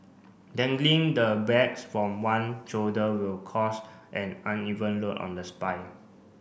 dangling the bags from one shoulder will cause an uneven load on the spine